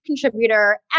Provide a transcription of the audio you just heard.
contributor